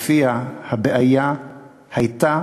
שלפיה הבעיה הייתה